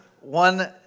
one